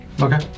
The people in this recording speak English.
okay